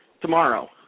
tomorrow